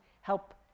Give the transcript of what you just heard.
help